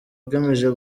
igamije